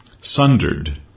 Sundered